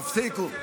תפסיקו,